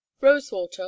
rosewater